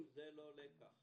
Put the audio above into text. אם זה לא לקח